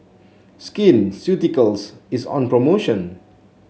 Skin Ceuticals is on promotion